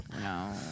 no